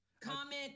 comment